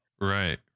Right